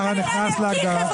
זה לא יאומן לראות כמה נפלו פנייך.